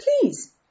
Please